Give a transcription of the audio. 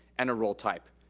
and a role type.